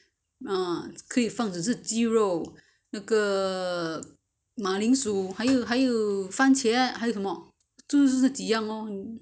ugh 可以放只是鸡肉那个马铃薯还有还有番茄还有什么就是这几样 lor